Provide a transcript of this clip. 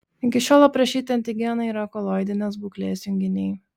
iki šiol aprašyti antigenai yra koloidinės būklės junginiai